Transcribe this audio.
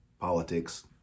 Politics